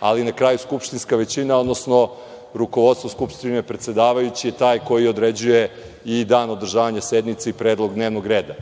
ali na kraju skupštinska većina, odnosno rukovodstvo Skupštine, predsedavajući je taj koji određuje i dan održavanje sednice i predlog dnevnog reda.